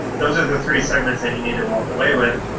those are the three segments that you need to walk away with.